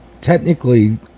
technically